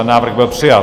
Návrh byl přijat.